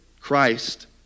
Christ